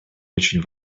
очень